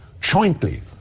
jointly